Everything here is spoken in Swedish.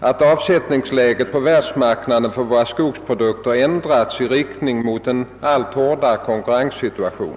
att avsättningsläget på världsmarknaden för våra skogsprodukter ändrats i riktning mot en ailt hårdare konkurrenssituation.